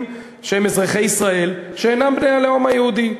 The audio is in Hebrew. שהם אזרחי ישראל שאינם בני הלאום היהודי,